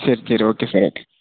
சரி சரி okay sir okay